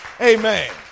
Amen